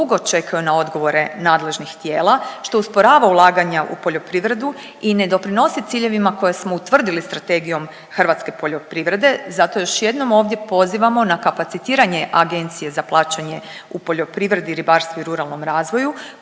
dugo čekaju na odgovore nadležnih tijela što usporava ulaganja u poljoprivredu i ne doprinosi ciljevima koje smo utvrdili strategijom hrvatske poljoprivrede. Zato još jednom ovdje pozivamo na kapacitiranje Agencije za plaćanje u poljoprivredi, ribarstvu i ruralnom razvoju